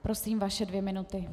Prosím, vaše dvě minuty.